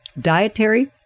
Dietary